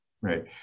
Right